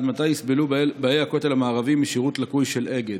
עד מתי יסבלו באי הכותל משירות לקוי של אגד?